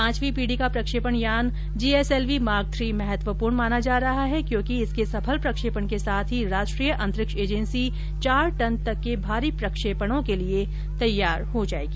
पांचवीं पीढ़ी का प्रक्षेपण यान जीएसएलवी मार्क थ्री महत्वपूर्ण माना जा रहा है क्योंकि इसके सफल प्रक्षेपण के साथ ही राष्ट्रीय अंतरिक्ष एजेंसी चार टन तक के भारी प्रक्षेपणों के लिए तैयार हो जाएगी